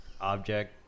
object